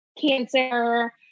cancer